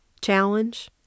challenge